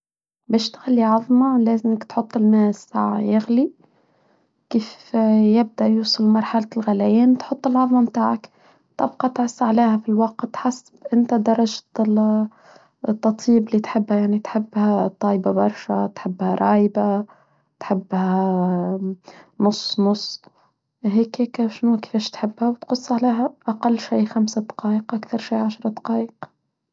باش تغلي عظمة لازمك تحط الماء الساع يغلي كيف يبدأ يوصل مرحلة الغليان تحط العظمة بتاعك تبقى تعص عليها في الوقت حس انت درجة التطيب اللي تحبها يعني تحبها طايبة برشا تحبها رايبة تحبها نص نص هيك هيك شنو كيفاش تحبها وتقص عليها أقل شي خمسة دقايق أكثر شي عشرة دقايق.